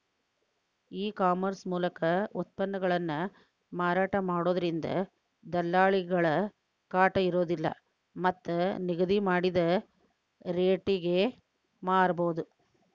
e commerce ಮೂಲಕ ಉತ್ಪನ್ನಗಳನ್ನ ಮಾರಾಟ ಮಾಡೋದ್ರಿಂದ ದಲ್ಲಾಳಿಗಳ ಕಾಟ ಇರೋದಿಲ್ಲ ಮತ್ತ್ ನಿಗದಿ ಮಾಡಿದ ರಟೇಗೆ ಮಾರಬೋದು